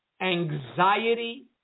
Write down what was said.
anxiety